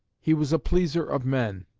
he was a pleaser of men.